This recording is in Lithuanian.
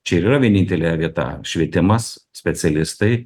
čia ir yra vienintelė vieta švietimas specialistai